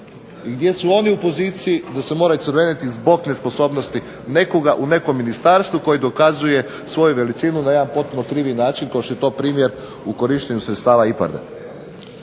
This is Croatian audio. gdje su oni u poziciji da se moraju crvenjeti zbog nesposobnosti nekoga u nekom ministarstvu koji dokazuje svoju veličinu na jedan potpuno krivi način kao što je to primjer u korištenju sredstava IPARD-a.